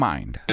Mind